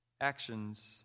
Actions